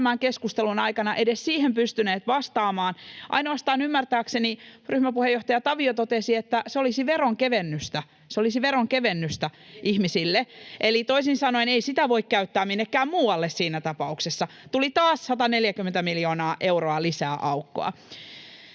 keskustelun aikana edes siihen pystyneet vastaamaan. Ainoastaan ymmärtääkseni ryhmäpuheenjohtaja Tavio totesi, että se olisi veronkevennystä ihmisille, eli toisin sanoen ei sitä voi käyttää minnekään muualle siinä tapauksessa. Tuli taas 140 miljoonaa euroa lisää aukkoa.